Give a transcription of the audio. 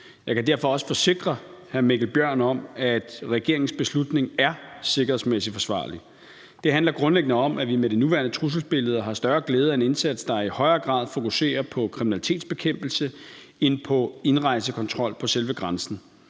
Jeg kan derfor også forsikre hr. Mikkel Bjørn om, at regeringens beslutning er sikkerhedsmæssigt forsvarlig. Det handler grundlæggende om, at vi med det nuværende trusselsbillede har større glæde af en indsats, der i højere grad fokuserer på kriminalitetsbekæmpelse end på indrejsekontrol ved selve grænsen.